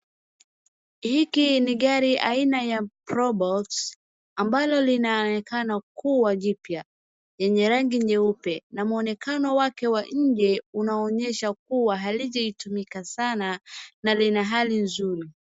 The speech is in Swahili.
Hiki ni gari aina ya probox, ambalo linaonekana kuwa jipya lenye rangi nyeupe, na mwonekano wake wa nje unaonyesha kuwa halijatumika sana na lina hali nzuri.